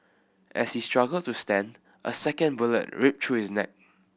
as he struggled to stand a second bullet ripped through his neck